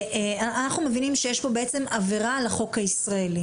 אנחנו מבינים שיש פה בעצם עבירה על החוק הישראלי.